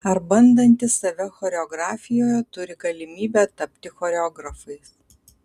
ar bandantys save choreografijoje turi galimybę tapti choreografais